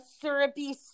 syrupy